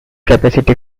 capacity